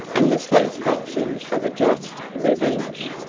and the satisfaction of a just revenge.